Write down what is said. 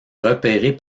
repéré